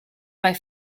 bei